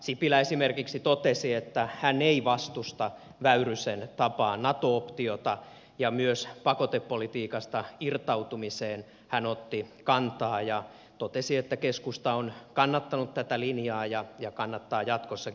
sipilä esimerkiksi totesi että hän ei vastusta väyrysen tapaan nato optiota ja myös pakotepolitiikasta irtautumiseen hän otti kantaa ja totesi että keskusta on kannattanut tätä linjaa ja kannattaa jatkossakin